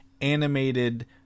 animated